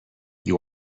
you